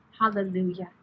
hallelujah